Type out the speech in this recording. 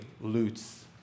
loots